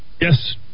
Yes